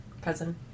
cousin